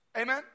Amen